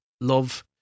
love